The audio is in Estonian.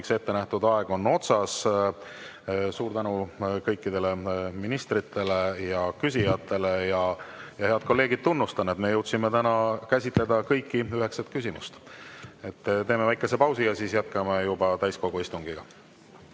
ette nähtud aeg on otsas. Suur tänu kõikidele ministritele ja küsijatele! Head kolleegid, tunnustan, et me jõudsime täna käsitleda kõiki üheksat küsimust. Teeme väikese pausi ja siis jätkame juba täiskogu istungiga.